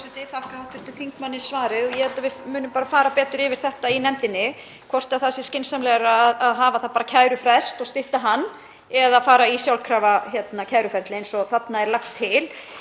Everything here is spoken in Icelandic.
þakka hv. þingmanni svarið og ég held að við munum fara betur yfir þetta í nefndinni, hvort það sé skynsamlegra að hafa það bara kærufrest og stytta hann eða fara í sjálfkrafa kæruferli eins og þarna er lagt til.